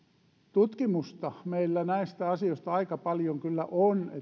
tutkimusta meillä näistä asioista aika paljon kyllä on niin että